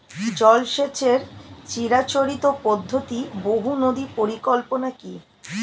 জল সেচের চিরাচরিত পদ্ধতি বহু নদী পরিকল্পনা কি?